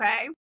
okay